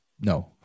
no